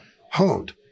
honed